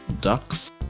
Ducks